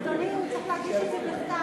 אדוני, הוא צריך להגיש את זה בכתב.